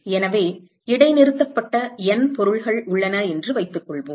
எனவே இடைநிறுத்தப்பட்ட N பொருள்கள் உள்ளன என்று வைத்துக்கொள்வோம்